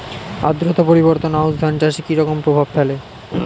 আদ্রতা পরিবর্তন আউশ ধান চাষে কি রকম প্রভাব ফেলে?